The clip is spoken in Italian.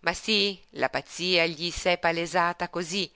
ma sí la pazzia gli s'è palesata cosí